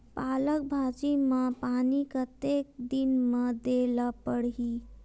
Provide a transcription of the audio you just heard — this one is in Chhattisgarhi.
पालक भाजी म पानी कतेक दिन म देला पढ़ही?